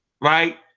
right